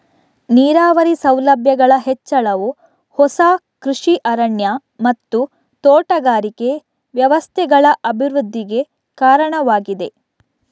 ನೀರಾವರಿ ಸೌಲಭ್ಯಗಳ ಹೆಚ್ಚಳವು ಹೊಸ ಕೃಷಿ ಅರಣ್ಯ ಮತ್ತು ತೋಟಗಾರಿಕೆ ವ್ಯವಸ್ಥೆಗಳ ಅಭಿವೃದ್ಧಿಗೆ ಕಾರಣವಾಗಿದೆ